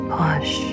push